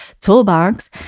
toolbox